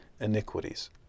iniquities